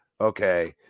okay